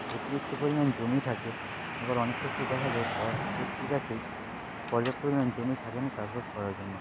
অতিরিক্ত পরিমাণ জমি থাকে আবার অনেক ক্ষেত্রে দেখা যায় কয়েক ব্যক্তির কাছেই পর্যাপ্ত পরিমাণ জমি থাকে না চাষবাস করার জন্য